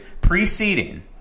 preceding